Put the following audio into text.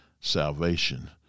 salvation